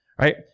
right